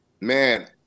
Man